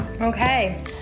Okay